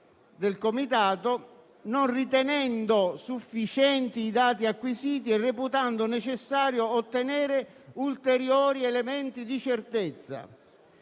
Malan, non ritenendo sufficienti i dati acquisiti e reputando necessario ottenere ulteriori elementi di certezza.